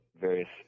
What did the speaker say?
various